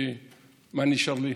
מה נשאר לי?